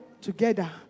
together